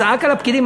צעק על הפקידים,